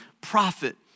prophet